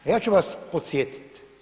A ja ću vas podsjeti.